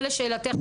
זה לשאלתך,